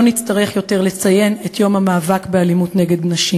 נצטרך לציין את יום המאבק באלימות נגד נשים.